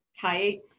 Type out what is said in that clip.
tight